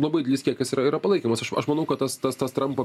labai didelis kiekis yra yra palaikymas aš aš manau kad tas tas tas trampo